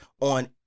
on